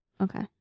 Okay